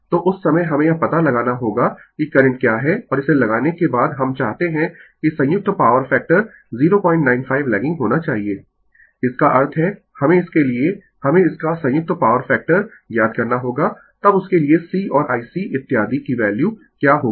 तो उस समय हमें यह पता लगाना होगा कि करंट क्या है और इसे लगाने के बाद हम चाहते है कि संयुक्त पॉवर फैक्टर 095 लैगिंग होना चाहिए इसका अर्थ है हमें इसके लिए हमें इसका संयुक्त पॉवर फैक्टर ज्ञात करना होगा तब उसके लिये C और IC इत्यादि की वैल्यू क्या होगी